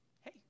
hey